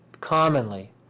Commonly